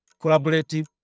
collaborative